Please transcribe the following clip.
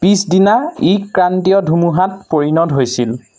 পিছদিনা ই ক্ৰান্তীয় ধুমুহাত পৰিণত হৈছিল